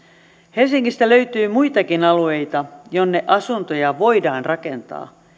helsingistä löytyy muitakin alueita joille asuntoja voidaan rakentaa